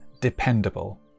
dependable